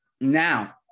Now